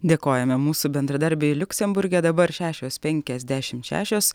dėkojame mūsų bendradarbei liuksemburge dabar šešios penkiasdešimt šešios